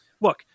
look